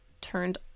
turned